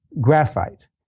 graphite